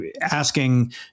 asking